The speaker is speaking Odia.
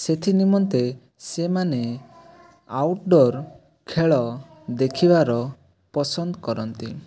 ସେଥି ନିମନ୍ତେ ସେମାନେ ଆଉଟ୍ ଡୋର୍ ଖେଳ ଦେଖିବାର ପସନ୍ଦ କରନ୍ତି